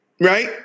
Right